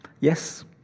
Yes